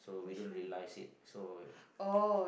so we don't realise it so